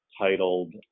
titled